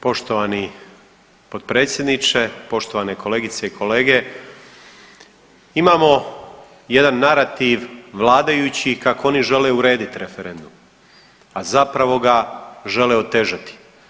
Poštovani potpredsjedniče, poštovane kolegice i kolege, imamo jedan narativ vladajućih kako oni žele urediti referendum, a zapravo ga žele otežati.